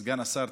סגן השר,